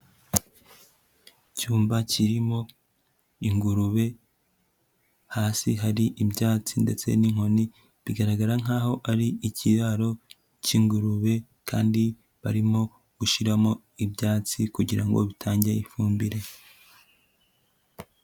Icyumba kirimo ingurube hasi hari ibyatsi ndetse n'inkoni, bigaragara nkaho ari ikiraro cy'ingurube kandi barimo gushiramo ibyatsi kugira ngo bitange ifumbire.